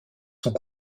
sont